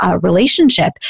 relationship